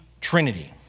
Trinity